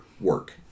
work